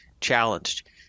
challenged